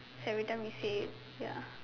every time we say it ya